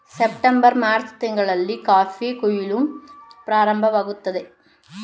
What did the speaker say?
September March ತಿಂಗಳಲ್ಲಿ coffee ಕುಯಿಲು ಪ್ರಾರಂಭವಾಗುತ್ತದೆ